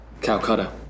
Calcutta